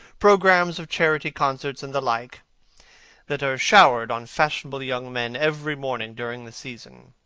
programmes of charity concerts, and the like that are showered on fashionable young men every morning during the season.